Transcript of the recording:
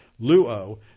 luo